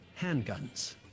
handguns